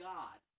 God